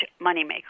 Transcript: moneymaker